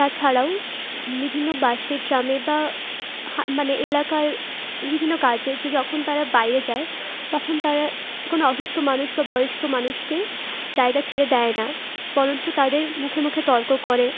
তাছাড়াও বিভিন্ন বাসে ট্রামে বা মানে এলাকার বিভিন্ন কাজে যখন তারা বাইরে যায় তখন তারা কোনো অসুস্থ মানুষ বা বয়স্ক মানুষকে জায়গা ছেড়ে দেয় না বরঞ্চ তাদের মুখে মুখে তর্ক করে